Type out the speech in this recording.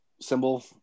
symbol